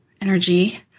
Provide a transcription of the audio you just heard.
energy